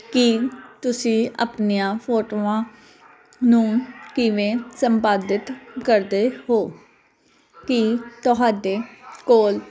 ਕੀ ਤੁਸੀਂ ਆਪਣੀਆਂ ਫੋਟੋਆਂ ਨੂੰ ਕਿਵੇਂ ਸੰਪਾਦਿਤ ਕਰਦੇ ਹੋ ਕਿ ਤੁਹਾਡੇ ਕੋਲ